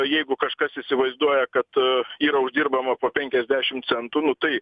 jeigu kažkas įsivaizduoja kad yra uždirbama po penkiasdešim centų nu tai